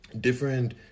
different